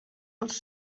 els